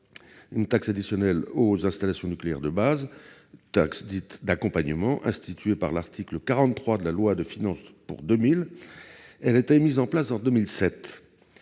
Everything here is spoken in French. une taxe additionnelle aux installations nucléaires de base, dite « d'accompagnement », instituée par l'article 43 de la loi de finances pour 2000, a été mise en place en 2007.